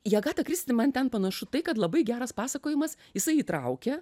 į agatą kristi man ten panašu tai kad labai geras pasakojimas jisai įtraukia